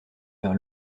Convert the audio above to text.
vers